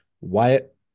Wyatt